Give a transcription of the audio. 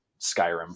Skyrim